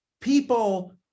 people